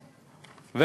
הבעיה.